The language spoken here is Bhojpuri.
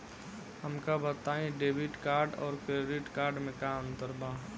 हमका बताई डेबिट कार्ड और क्रेडिट कार्ड में का अंतर बा?